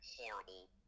horrible